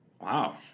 Wow